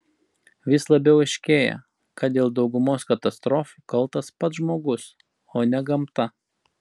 vis labiau aiškėja kad dėl daugumos katastrofų kaltas pats žmogus o ne gamta